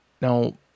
now